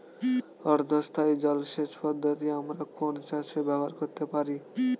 অর্ধ স্থায়ী জলসেচ পদ্ধতি আমরা কোন চাষে ব্যবহার করতে পারি?